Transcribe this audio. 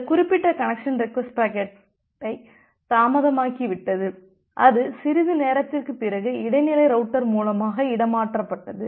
இந்த குறிப்பிட்ட connection request பாக்கெட்டை தாமதமாக்கிவிட்டது அது சிறிது நேரத்திற்குப் பிறகு இடைநிலை ரவுட்டர் மூலமாக இடமாற்றப்பட்டது